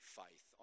faith